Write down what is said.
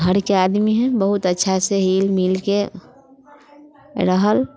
घरके आदमी है बहुत अच्छा से हिल मिलके रहल